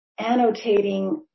annotating